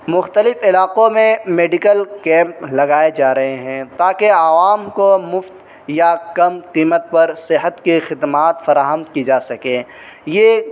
مختلف علاقوں میں میڈیکل کیمپ لگائے جا رہے ہیں تاکہ عوام کو مفت یا کم قیمت پر صحت کی خدمات فراہم کی جا سکیں یہ